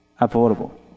affordable